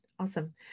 Awesome